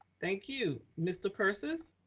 thank you, mr. persis.